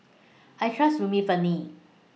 I Trust Remifemin